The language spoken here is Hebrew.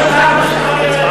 אנחנו דאגנו שלא יהיה דיון.